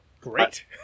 great